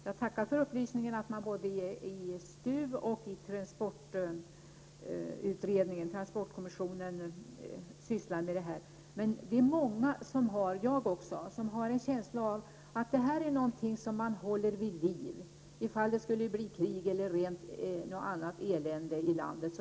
Jag tackar för upplysningen att både STU och transportkommissionen sysslar med detta. Vi är många som har en känsla av att det här är någonting som man håller vid liv därför att det kan vara bra att ha om det skulle bli krig eller något annat elände i landet.